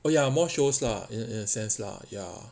oh ya more shows lah in a sense lah ya